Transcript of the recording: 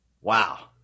Wow